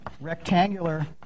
rectangular